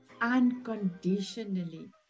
unconditionally